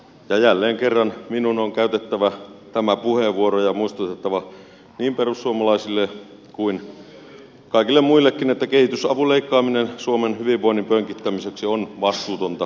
ja jälleen kerran minun on käytettävä tämä puheenvuoro ja muistutettava niin perussuomalaisille kuin kaikille muillekin että kehitysavun leikkaaminen suomen hyvinvoinnin pönkittämiseksi on vastuutonta politiikkaa